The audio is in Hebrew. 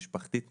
משפחתית,